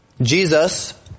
Jesus